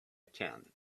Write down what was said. can